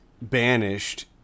banished